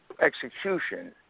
Execution